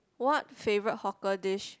what favourite hawker dish